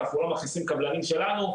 אנחנו לא מכניסים קבלנים שלנו,